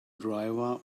driver